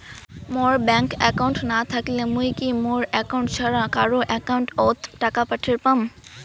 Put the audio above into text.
মোর bank account না থাকিলে মুই কি মোর একাউন্ট ছাড়া কারো একাউন্ট অত টাকা পাঠের পাম?